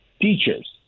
teachers